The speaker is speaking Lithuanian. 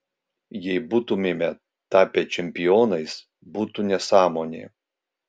jei būtumėme tapę čempionais būtų nesąmonė